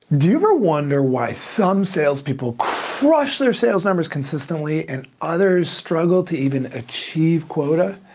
do you ever wonder why some sales people crush their sales numbers consistently and others struggle to even achieve quota?